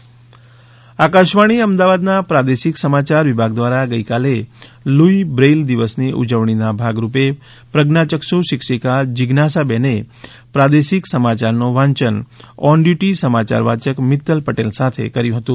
Braille દિવસ આકાશવાણી અમદાવાદના પ્રાદેશિક સમાચાર વિભાગ દ્વારા ગઇકાલે લૂઇ બ્રેઇલ દિવસની ઉજવણી ભાવરૂપે પ્રજ્ઞા ચક્ષુ શિક્ષિકા જીજ્ઞાસાબેને પ્રાદેશિક સમાચારનું વાંચન ઓન ડથુટી સમાચાર વાચક મિત્તલ પટેલ સાથે કર્યું હતું